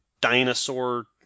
dinosaur